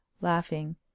laughing